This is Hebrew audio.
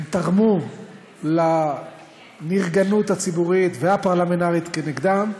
הם תרמו לנרגנות הציבורית והפרלמנטרית כנגדם,